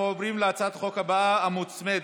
אנחנו עוברים להצעת החוק הבאה, המוצמדת,